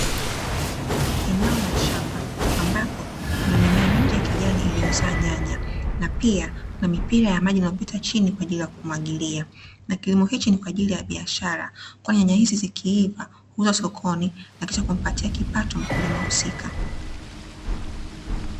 Eneo la shamba, ambapo kuna mimea mingi ya kijani iliyo zaa nyanya, na pia kuna mipira ya maji iliyopita chini kwa ajili ya kumwagilia, na kilimo hiki ni kwa ajili ya biashara, Kwani nyanya hizi zikiiva huuzwa sokoni na kisha kumpatia kipato mkulima husika.